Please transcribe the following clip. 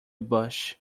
bush